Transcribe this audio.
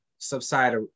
subside